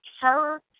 terror